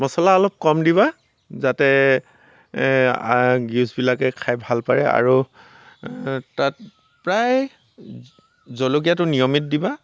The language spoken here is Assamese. মছলা অলপ কম দিবা যাতে গেষ্টবিলাকে খাই ভালপায় আৰু তাত প্ৰায় জলকীয়াটো নিয়মিত দিবা